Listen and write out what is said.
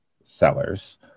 sellers